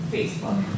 Facebook